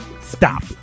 Stop